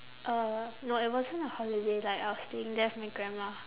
uh no it wasn't a holiday like I was staying there with my grandma